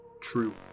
True